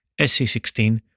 SC16